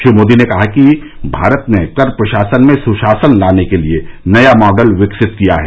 श्री मोदी ने कहा कि भारत ने कर प्रशासन में सुशासन लाने के लिए नया मॉडल विकसित किया है